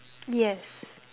yes